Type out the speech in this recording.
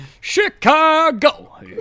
Chicago